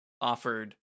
offered